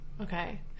Okay